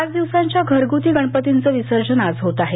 पाच दिवसांच्या घरगुती गणपतींच विसर्जन आज होत आहे